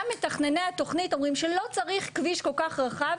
גם מתכנני התוכנית אומרים שלא צריך כביש כל כך רחב